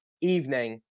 evening